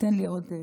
תן לי עוד דקה,